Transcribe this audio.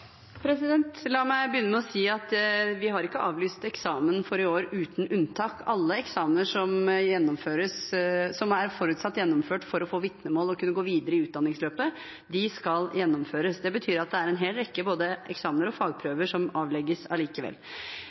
eksamener som er forutsatt gjennomført for å få vitnemål og kunne gå videre i utdanningsløpet, skal gjennomføres. Det betyr at det er en hel rekke både eksamener og fagprøver som avlegges allikevel.